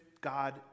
God